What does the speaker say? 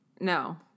No